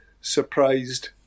surprised